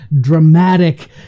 dramatic